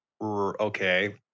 Okay